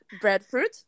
breadfruit